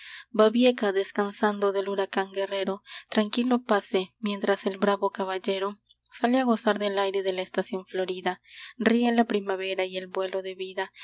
tizona babieca descansando del huracán guerrero tranquilo pace mientras el bravo caballero sale a gozar del aire de la estación florida ríe la primavera y el vuelo de vida